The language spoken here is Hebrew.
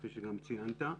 כפי שציינת.